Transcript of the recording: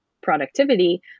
productivity